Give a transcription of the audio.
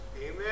Amen